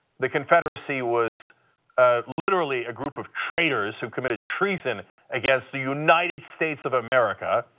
the confederacy was literally a group of traders who committed treason against the united states of america.